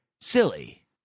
Silly